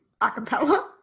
acapella